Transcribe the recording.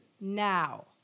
now